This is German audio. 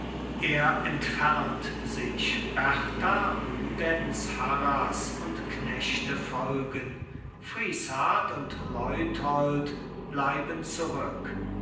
er entfernt sich berta rudenz harras und knechte folgen friesshardt und leuthold bleiben zurück